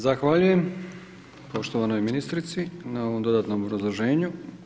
Zahvaljujem poštovanoj ministrici na ovom dodatnom obrazloženju.